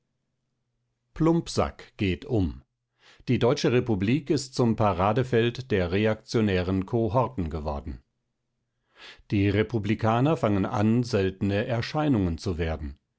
plumpsack geht um die deutsche republik ist zum paradefeld der reaktionären kohorten geworden die republikaner fangen an seltene erscheinungen zu werden